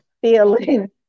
feeling